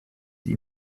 die